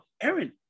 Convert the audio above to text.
Aaron